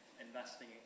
Investing